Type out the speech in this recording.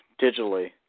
digitally